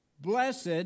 Blessed